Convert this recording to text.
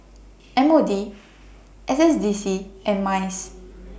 M O D S S D C and Mice